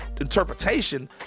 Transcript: interpretation